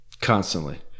constantly